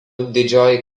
didžioji